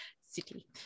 City